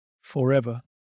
forever